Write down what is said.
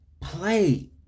play